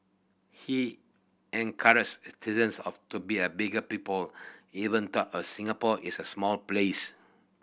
he encourage citizens of to be a bigger people even though a Singapore is a small place